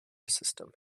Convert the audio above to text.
system